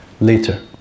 later